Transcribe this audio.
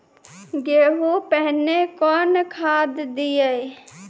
गेहूँ पहने कौन खाद दिए?